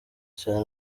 cyane